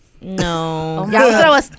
No